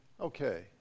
okay